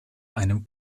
einem